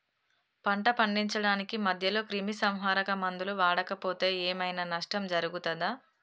పంట పండించడానికి మధ్యలో క్రిమిసంహరక మందులు వాడకపోతే ఏం ఐనా నష్టం జరుగుతదా?